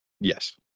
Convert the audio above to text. Yes